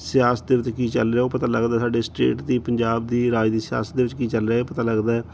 ਸਿਆਸਤ ਦੇ ਵਿੱਚ ਕੀ ਚੱਲ ਰਿਹਾ ਉਹ ਪਤਾ ਲੱਗਦਾ ਸਾਡੇ ਸਟੇਟ ਦੀ ਪੰਜਾਬ ਦੀ ਰਾਜ ਦੀ ਸਿਆਸਤ ਦੇ ਵਿੱਚ ਕੀ ਚੱਲ ਰਿਹਾ ਹੈ ਇਹ ਪਤਾ ਲੱਗਦਾ